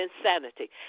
insanity